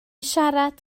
siarad